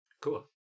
Cool